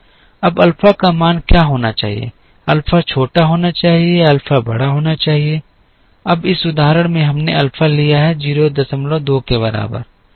अबअल्फा का मान क्या होना चाहिए अल्फा छोटा होना चाहिए या अल्फा बड़ा होना चाहिए अब इस उदाहरण में हमने अल्फा लिया है 02 के बराबर है